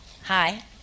Hi